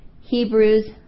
Hebrews